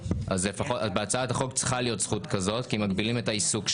אז בהצעת החוק צריכה להיות זכות כזאת כי מגבילים את העיסוק שלו.